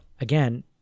again